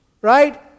Right